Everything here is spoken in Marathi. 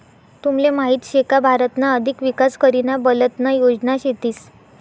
तुमले माहीत शे का भारतना अधिक विकास करीना बलतना योजना शेतीस